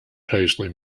paisley